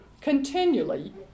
continually